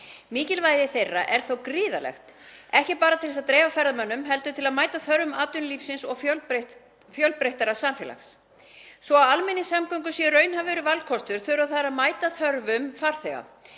Mikilvægi þeirra er gríðarlegt, ekki bara til þess að dreifa ferðamönnum heldur til að mæta þörfum atvinnulífsins og fjölbreyttara samfélags. Svo að almenningssamgöngur séu raunhæfur valkostur þurfa þær að mæta þörfum farþega.